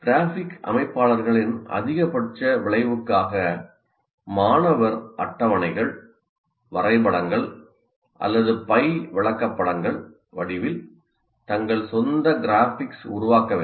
graphic அமைப்பாளர்களின் அதிகபட்ச விளைவுக்காக மாணவர் அட்டவணைகள் வரைபடங்கள் அல்லது பை விளக்கப்படங்கள் வடிவில் தங்கள் சொந்த கிராபிக்ஸ் உருவாக்க வேண்டும்